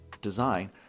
design